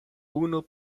unu